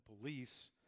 police